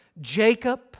Jacob